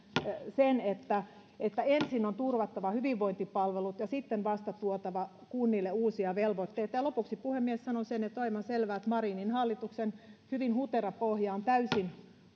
sen että että ensin on turvattava hyvinvointipalvelut ja sitten vasta tuotava kunnille uusia velvoitteita ja lopuksi puhemies sanon sen että on aivan selvää että marinin hallituksen hyvin hutera pohja on täysin